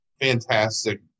fantastic